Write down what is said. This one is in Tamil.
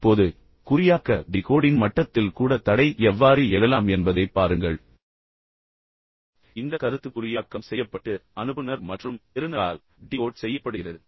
இப்போது குறியாக்க டிகோடிங் மட்டத்தில் கூட தடை எவ்வாறு எழலாம் என்பதைப் பாருங்கள் இந்த கருத்து குறியாக்கம் செய்யப்பட்டு பின்னர் அனுப்புநர் மற்றும் பெறுநரால் டிகோட் செய்யப்படுகிறது